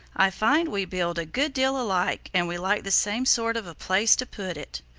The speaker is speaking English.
i find we build a good deal alike and we like the same sort of a place to put it.